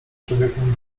człowiekiem